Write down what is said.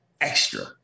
extra